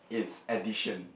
it's addition